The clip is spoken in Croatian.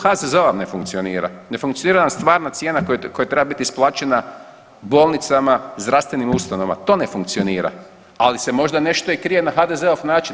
HZZO vam ne funkcionira, ne funkcionira vam stvarna cijena koja treba biti isplaćena bolnicama, zdravstvenim ustanovama, to ne funkcionira, ali se možda nešto i krije na HDZ-ov način.